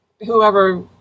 whoever